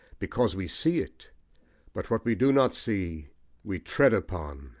because we see it but what we do not see we tread upon,